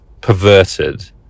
perverted